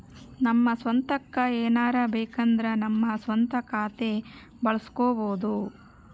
ನಮ್ಮ ಸ್ವಂತಕ್ಕ ಏನಾರಬೇಕಂದ್ರ ನಮ್ಮ ಸ್ವಂತ ಖಾತೆ ಬಳಸ್ಕೋಬೊದು